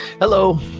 Hello